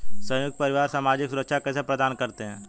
संयुक्त परिवार सामाजिक सुरक्षा कैसे प्रदान करते हैं?